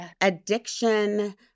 addiction